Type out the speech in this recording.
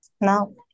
no